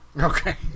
Okay